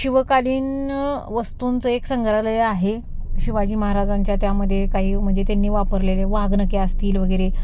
शिवकालीन वस्तूंचं एक संग्रहालय आहे शिवाजी महाराजांच्या त्यामध्ये काही म्हणजे त्यांनी वापरलेले वाघनखे असतील वगैरे